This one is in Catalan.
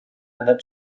anat